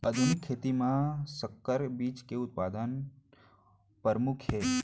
आधुनिक खेती मा संकर बीज के उत्पादन परमुख हे